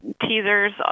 teasers